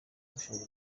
gushora